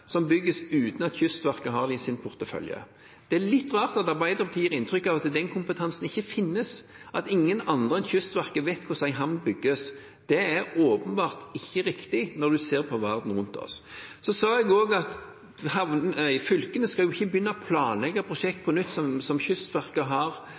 som bygges uten at Kystverket har dem i sin portefølje. Det er litt rart at Arbeiderpartiet gir inntrykk av at den kompetansen ikke finnes, at ingen andre enn Kystverket vet hvordan en havn bygges. Det er åpenbart ikke riktig når man ser på verden rundt oss. Jeg sa også at fylkene ikke skal begynne å planlegge prosjekter på nytt som Kystverket har